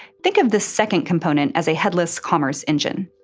think of this second component as a headless commerce engine.